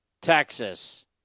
Texas